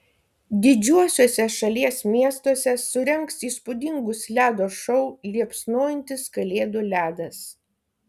didžiuosiuose šalies miestuose surengs įspūdingus ledo šou liepsnojantis kalėdų ledas